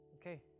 Okay